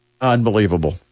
Unbelievable